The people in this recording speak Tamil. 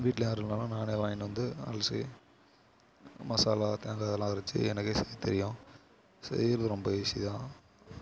வீட்டில் யாரும் இல்லைனா நானே வாங்கிகிட்டு வந்து அலசி மசாலா தேங்காய் இதல்லாம் அரச்சு எனக்கே செய்ய தெரியும் செய்யுறது ரொம்ப ஈஸிதான்